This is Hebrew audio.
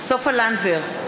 סופה לנדבר,